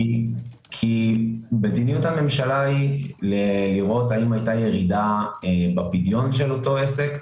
כי מדיניות הממשלה היא לראות אם היתה ירידה בפדיון של אותו עסק.